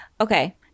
Okay